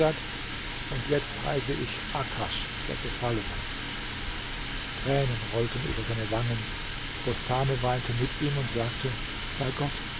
und jetzt heiße ich akasch der gefallene tränen rollten über seine wangen bostane weinte mit ihm und sagte bei gott